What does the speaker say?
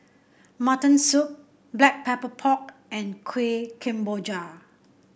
Mutton Soup Black Pepper Pork and Kueh Kemboja